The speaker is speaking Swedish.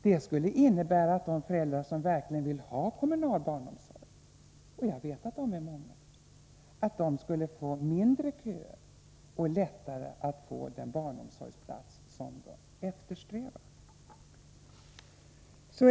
Det skulle även innebära att de föräldrar som verkligen vill ha kommunal barnomsorg skulle stå i mindre köer och ha lättare att få den barnomsorgsplats som de eftersträvar.